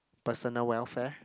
personal welfare